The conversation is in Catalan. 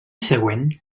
següent